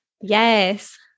yes